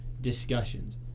discussions